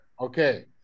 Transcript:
Okay